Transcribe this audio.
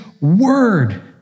word